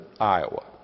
Iowa